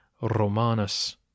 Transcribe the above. Romanus